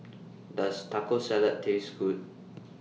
Does Taco Salad Taste Good